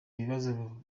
ibibazo